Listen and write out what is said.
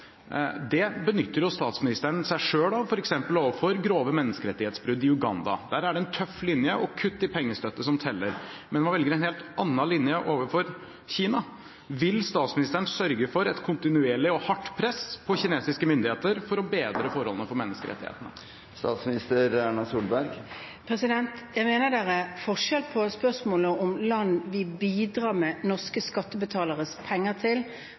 benytter jo statsministeren seg selv av, f.eks. overfor grove menneskerettighetsbrudd i Uganda. Der er det en tøff linje og kutt i pengestøtte som teller. Men man velger en helt annen linje overfor Kina. Vil statsministeren sørge for et kontinuerlig og hardt press på kinesiske myndigheter for å bedre forholdene for menneskerettighetene? Jeg mener det er forskjell på hva slags reaksjonsmønstre vi har overfor land vi bidrar med norske skattebetaleres penger til,